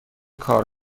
کار